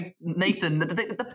Nathan